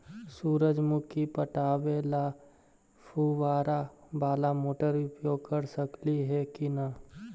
सुरजमुखी पटावे ल फुबारा बाला मोटर उपयोग कर सकली हे की न?